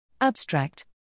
Abstract